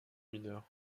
mineure